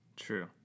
True